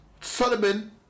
Solomon